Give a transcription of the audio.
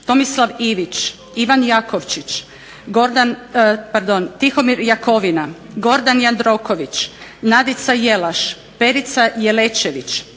Tomislav Ivić, Ivan Jakovčić, Tihomir Jakovina, Gordan Jandroković, Nadica Jelaš, Perica Jelečević,